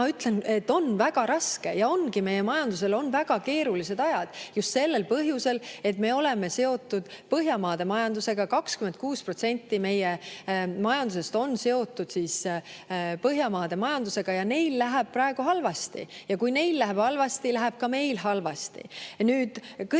ma ütlen, et on väga raske. Ja ongi, meie majandusel on väga keerulised ajad just sellel põhjusel, et me oleme seotud Põhjamaade majandusega. 26% meie majandusest on seotud Põhjamaade majandusega ja neil läheb praegu halvasti. Ja kui neil läheb halvasti, läheb ka meil halvasti. Kõik